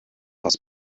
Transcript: was